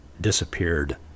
disappeared